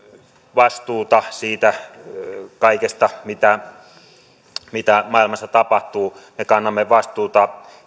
vastuuta siitä kaikesta mitä mitä maailmassa tapahtuu me kannamme vastuuta